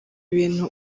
bintu